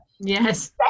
yes